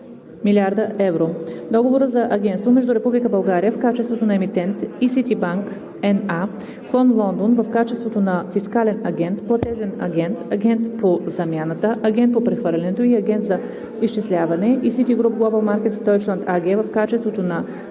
000 000 евро, Договора за агентство между Република България в качеството на Емитент и Ситибанк Н.А., клон Лондон, в качеството на Фискален агент, Платежен агент, Агент по замяната, Агент по прехвърлянето и Агент за изчисляване и Ситигруп Глобъл Маркетс Дойчланд АГ в качеството на